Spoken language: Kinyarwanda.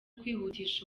kwihutisha